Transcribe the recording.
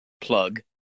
plug